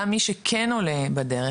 גם מי שכן עולה בדרך,